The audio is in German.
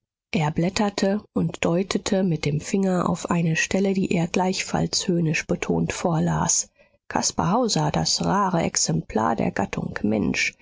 er blätterte und deutete mit dem finger auf eine stelle die er gleichfalls höhnisch betont vorlas caspar hauser das rare exemplar der gattung mensch